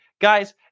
Guys